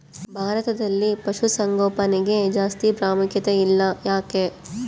ಭಾರತದಲ್ಲಿ ಪಶುಸಾಂಗೋಪನೆಗೆ ಜಾಸ್ತಿ ಪ್ರಾಮುಖ್ಯತೆ ಇಲ್ಲ ಯಾಕೆ?